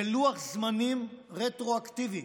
ולוח זמנים רטרואקטיבי.